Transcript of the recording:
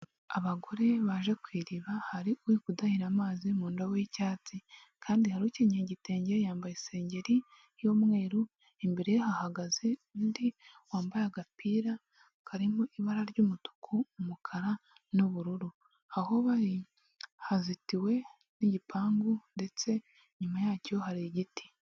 Abagore baje kw,iriba haruri kudahira amazi mundobo y'icyatsi kandi hari ukenyeye igitenge yambaye isengeri y'umweru imbere ye hahagaze undi wambaye agapira karimo ibara ry'umutuku umukara n'ubururu aho bari hazitiwe n'igipangu ndetse nyuma yacyo hari igiti.